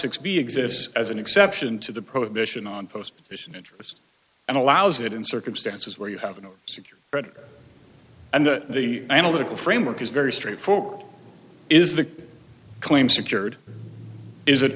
six b exists as an exception to the prohibition on post mission interest and allows it in circumstances where you have no secure credit and the analytical framework is very straightforward is the claim secured is it